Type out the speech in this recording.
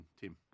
Tim